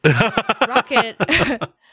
Rocket